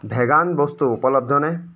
vegan বস্তু উপলব্ধনে